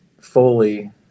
fully